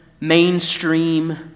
mainstream